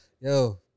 yo